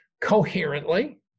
coherently